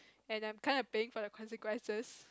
and I'm kind of paying for the consequences